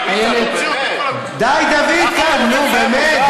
די ביטן, נו, באמת,